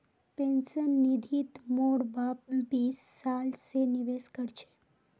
pension निधित मोर बाप बीस साल स निवेश कर छ